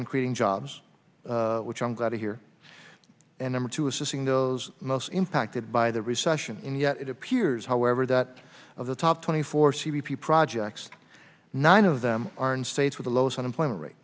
and creating jobs which i'm glad to hear and number two assisting those most impacted by the recession yet it appears however that of the top twenty four c b p projects nine of them are in states with the lowest unemployment rate